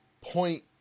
point